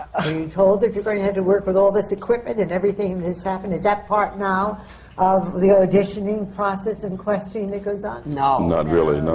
you told that you were going to have to work with all this equipment and everything that has happened? is that part now of the auditioning process and questioning that goes on? no. not really. no.